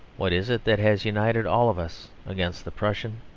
what is it that has united all of us against the prussian,